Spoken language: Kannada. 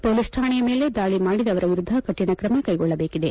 ಪೊಲೀಸ್ ಕಾಣೆ ಮೇಲೆ ದಾಳಿ ಮಾಡಿದವರ ವಿರುದ್ದ ಕಠಿಣ ಕ್ರಮ ಕ್ಸೆಗೊಳ್ಳಬೇಕಿದೆ